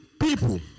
people